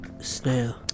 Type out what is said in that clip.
Snail